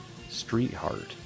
Streetheart